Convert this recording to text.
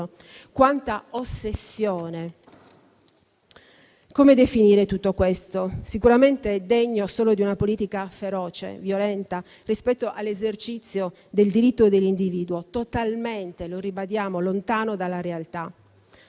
Quanta ossessione! Come definire tutto questo? Sicuramente degno solo di una politica feroce e violenta rispetto all'esercizio del diritto dell'individuo totalmente - ribadiamo - lontano dalla realtà.